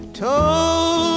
told